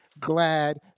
glad